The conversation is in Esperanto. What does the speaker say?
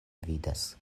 vidas